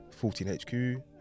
14HQ